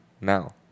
now